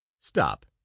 stop